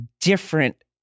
different